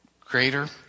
greater